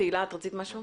תהלה, רצית משהו?